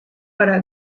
para